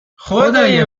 خدای